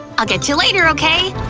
i'll catch you later, okay?